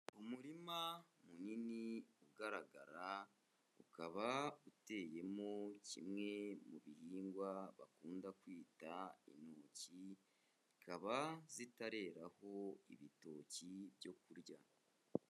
Umurima munini ugaragara ukaba uteyemo kimwe mu bihingwa bakunda kwita intoki, ikaba zitareraho ibitoki byo kurya.